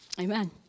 Amen